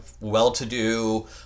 well-to-do